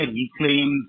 reclaim